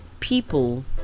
People